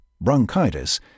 bronchitis